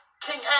King